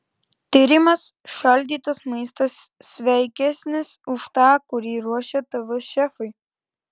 tyrimas šaldytas maistas sveikesnis už tą kurį ruošia tv šefai